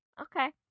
Okay